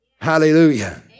hallelujah